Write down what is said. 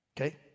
Okay